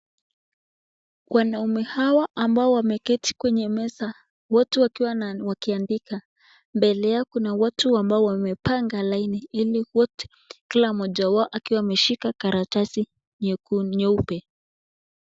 Wanaume hawa ambao wameketi kwenye meza, wote wakiwa wanaandika, mbele yao kuna watu ambao wamepanga laini ili wote kila mmoja akiwa ameshika karatasi nyeupe.